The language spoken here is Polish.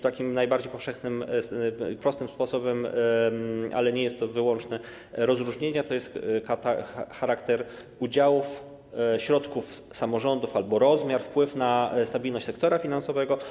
Takim najbardziej powszechnym, prostym sposobem - ale nie jest to wyłączne rozróżnienie - jest ocena charakteru udziału środków samorządów, rozmiaru albo wpływu na stabilność sektora finansowego.